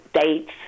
dates